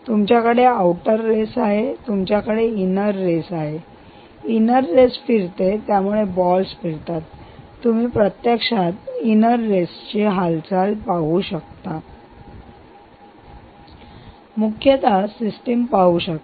तुमच्याकडे outer race आहे तुमच्याकडे इनर रेस आहे इनर रेस फिरते त्यामुळे बॉलस फिरतात तुम्ही प्रत्यक्षात इनर रेस ची हालचाल पाहू शकता आणि मुख्यता सिस्टीम पाहू शकता